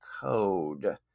code